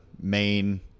main